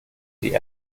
die